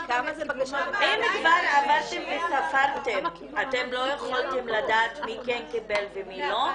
אם כבר עברתם וספרתם אתם לא יכולתם לדעת מי כן קיבל ומי לא?